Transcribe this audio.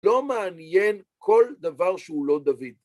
‫לא מעניין כל דבר שהוא לא דוד.